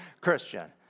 Christian